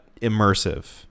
immersive